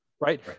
right